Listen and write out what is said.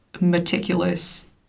meticulous